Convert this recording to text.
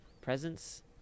presents